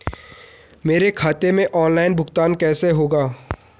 मेरे खाते में ऑनलाइन भुगतान कैसे होगा?